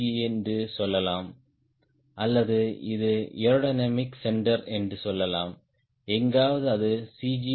G என்று சொல்லலாம் அல்லது இது ஏரோடைனமிக் சென்டர் என்று சொல்லலாம் எங்காவது அது C